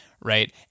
Right